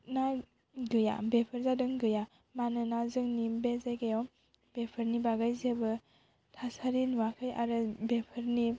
ना गैया बेफोर जादों गैया मानोना जोंनि बे जायगायाव बेफोरनि बागै जेबो थासारि नुवाखै आरो बेफोरनि